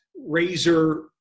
razor